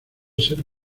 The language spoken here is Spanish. ser